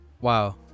Wow